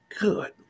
good